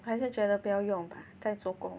还是觉得不要用吧在做工